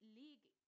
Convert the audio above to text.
league